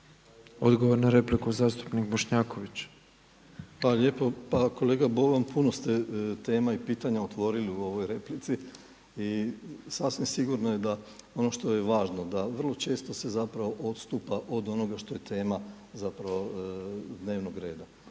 Odgovor na repliku zastupnik Bošnjaković. **Bošnjaković, Dražen (HDZ)** Hvala lijepa. Pa kolega Boban puno ste tema i pitanja otvorili u ovoj replici i sasvim sigurno je da ono što je važno da vrlo često se odstupa od onoga što je tema dnevnog reda.